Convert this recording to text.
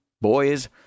boys